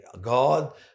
God